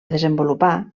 desenvolupar